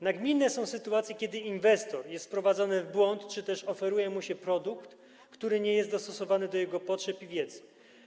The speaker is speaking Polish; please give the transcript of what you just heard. Nagminne są sytuacje, kiedy inwestor jest wprowadzany w błąd czy też oferuje mu się produkt, który nie jest dostosowany do jego potrzeb i wiedzy.